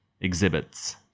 exhibits